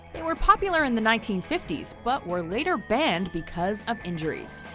they were popular in the nineteen fifty s, but were later banned because of injuries.